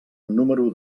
número